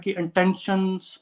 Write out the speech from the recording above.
intentions